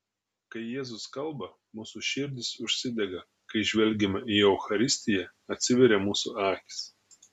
kai jėzus kalba mūsų širdys užsidega kai žvelgiame į eucharistiją atsiveria mūsų akys